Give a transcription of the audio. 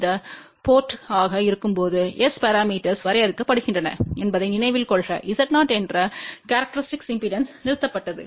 இந்த போர்ட்மாக இருக்கும்போது S பரமீட்டர்ஸ் வரையறுக்கப்படுகின்றன என்பதை நினைவில் கொள்க Z0என்ற கேரக்டரிஸ்டிக்ஸ் இம்பெடன்ஸ்பில் நிறுத்தப்பட்டது